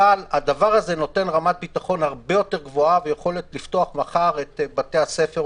אבל זה נותן רמת ביטחון הרבה יותר גבוהה ויכולת לפתוח מחר את בתי הספר,